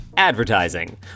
advertising